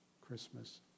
Christmas